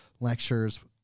lectures